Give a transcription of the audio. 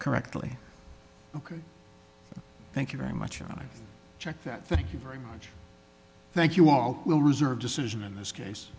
correctly ok thank you very much and i check that thank you very much thank you all will reserve decision in this case